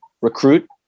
recruit